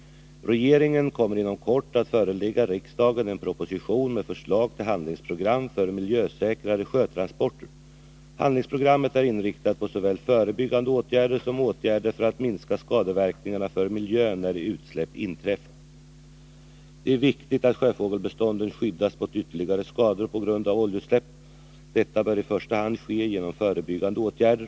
Regeringen kommer inom kort att förelägga riksdagen en proposition med förslag till handlingsprogram för miljösäkrare sjötransporter. Handlingsprogrammet är inriktat på såväl förebyggande åtgärder som åtgärder för att minska skadeverkningarna för miljön när utsläpp inträffat. Det är viktigt att sjöfågelbestånden skyddas mot ytterligare skador på grund av oljeutsläpp. Detta bör i första hand ske genom förebyggande åtgärder.